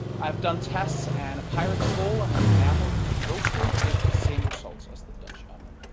i've done tests and a pyrex bowl and an enamel roaster gives the same results as the dutch oven.